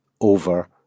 over